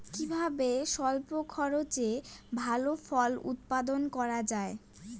কিভাবে স্বল্প খরচে ভালো ফল উৎপাদন করা যায়?